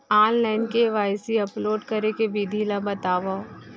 Online KYC upload करे के विधि ला बतावव?